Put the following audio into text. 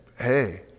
hey